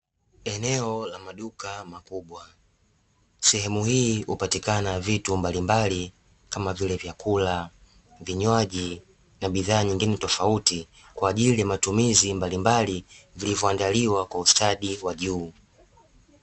Eneo la maduka makubwa, sehemu hii hupatikana vitu mbalimbali kama vile vyakula, vinywaji na bidhaa nyingine tofauti kwa ajili ya matumizi mbalimbali vilivyoandaliwa kwa ustadi wa juu.